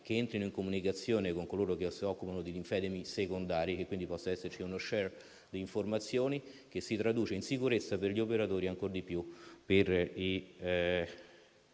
entrino in comunicazione con coloro che soffrono di linfedemi secondari, e quindi ci possa essere uno *share* di informazioni che si traduca in sicurezza per gli operatori e, ancor di più, per i